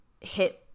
hit